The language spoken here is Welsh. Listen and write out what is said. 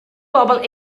bobol